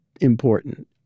important